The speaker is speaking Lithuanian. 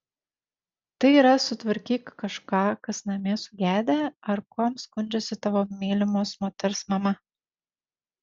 tai yra sutvarkyk kažką kas namie sugedę ar kuom skundžiasi tavo mylimos moters mama